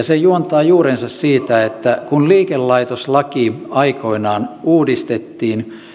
se juontaa juurensa siitä että kun liikelaitoslaki aikoinaan uudistettiin